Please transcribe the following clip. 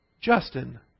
Justin